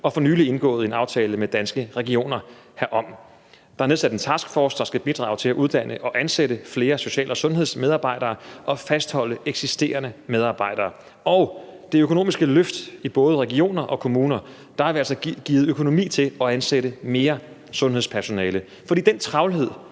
og for nylig indgået en aftale med Danske Regioner herom. Der er nedsat en taskforce, der skal bidrage til at uddanne og ansætte flere social- og sundhedsmedarbejdere og fastholde eksisterende medarbejdere. Med det økonomiske løft i både regioner og kommuner har vi altså givet økonomi til at ansætte mere sundhedspersonale, for den travlhed,